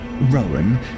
Rowan